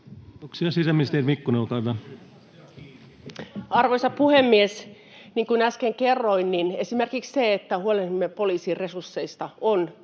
Arvoisa puhemies! Niin kuin äsken kerroin, esimerkiksi se, että huolehdimme poliisin resursseista, on